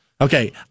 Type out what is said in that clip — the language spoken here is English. Okay